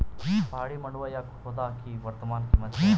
पहाड़ी मंडुवा या खोदा की वर्तमान कीमत क्या है?